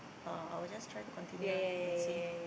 uh I will just try to continue ah and see